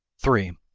three.